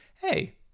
hey